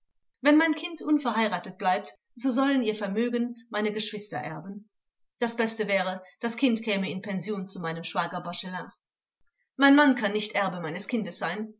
wenn mein kind unverheiratet bleibt so sollen ihr vermögen meine geschwister erben das beste wäre das kind käme in pension zu meinem schwager bachelin mein mann kann nicht erbe meines kindes sein